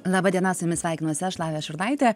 laba diena su jumis sveikinuosi aš lavija šurnaitė